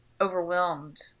overwhelmed